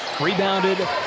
Rebounded